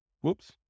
Whoops